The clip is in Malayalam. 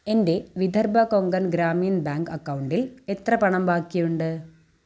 എൻ്റെ വിദർഭ കൊങ്കൺ ഗ്രാമീൺ ബാങ്ക് അക്കൗണ്ടിൽ എത്ര പണം ബാക്കിയുണ്ട്